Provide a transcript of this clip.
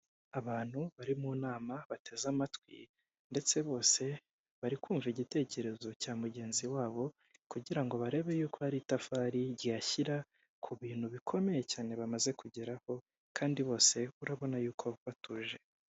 Abantu bari mu nama bateze amatwi ndetse bose bari kumva igitekerezo cya mugenzi wabo kugira ngo barebe yuko hari itafari ryashyira ku bintu bikomeye cyane bamaze kugeraho kandi bose urabona yuko batuje.